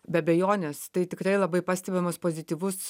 be abejonės tai tikrai labai pastebimas pozityvus